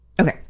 okay